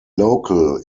local